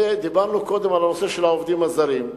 דיברנו קודם על הנושא של העובדים הזרים.